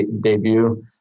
debut